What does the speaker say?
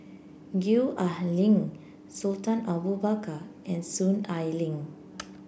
Gwee Ah Leng Sultan Abu Bakar and Soon Ai Ling